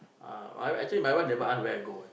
ah actually my wife never ask where I go one